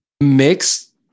mix